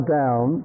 down